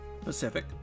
Pacific